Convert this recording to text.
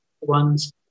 ones